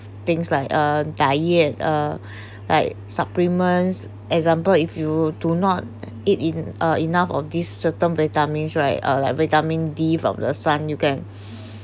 things like uh tired uh like supplements example if you do not eat en~ uh enough of these certain vitamins right uh like vitamin d from the sun you can